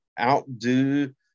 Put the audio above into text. outdo